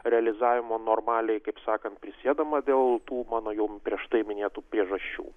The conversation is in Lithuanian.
realizavimo normaliai kaip sakant prisėdama dėl tų mano jau prieš tai minėtų priežasčių